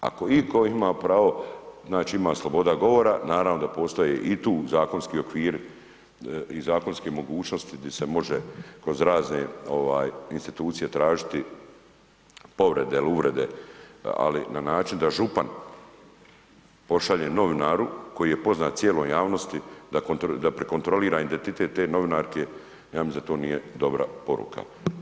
Ako iko ima pravo, znači, ima sloboda govora, naravno da postoje i tu zakonski okviri i zakonske mogućnosti di se može kroz razne institucije tražiti povrede il uvrede, ali na način da župan pošalje novinaru koji je poznat cijeloj javnosti, da prikontrolira identitet te novinarke, ja mislim da to nije dobra poruka.